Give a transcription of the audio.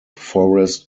forest